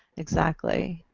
exactly.